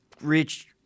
rich